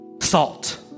salt